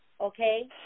okay